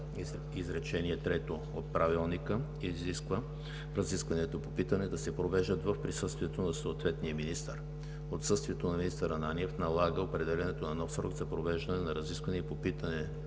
изречение трето от Правилника изисква разискванията по питане да се провеждат в присъствието на съответния министър. Отсъствието на министър Ананиев налага определянето на нов срок за провеждане на разискване по питане